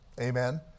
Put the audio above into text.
Amen